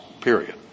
period